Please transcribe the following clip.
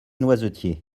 noisetiers